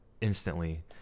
instantly